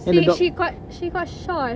she she got she got shot